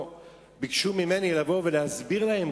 ביקשו ממנו לבוא ולהסביר להם,